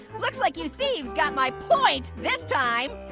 looks like you thieves got my point this time.